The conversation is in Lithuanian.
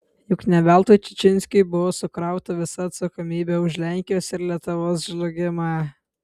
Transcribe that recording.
juk ne veltui čičinskui buvo sukrauta visa atsakomybė už lenkijos ir lietuvos žlugimą